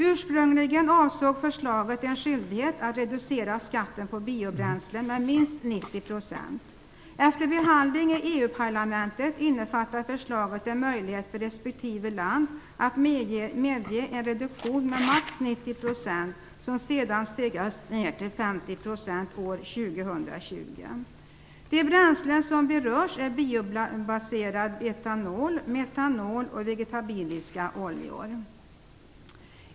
Ursprungligen avsåg förslaget en skyldighet att reducera skatten på biobränslen med minst 90 %. Efter behandling i EU-parlamentet innefattar förslaget en möjlighet för respektive land att medge en reduktion med max 90 % som sedan stegas ner till 50 % år 2020. De bränslen som berörs är biobaserad etanol, metanol och vegetabiliska oljor.